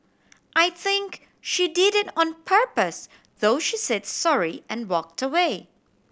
I think she did it on purpose though she said sorry and walked away